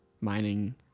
mining